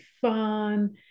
fun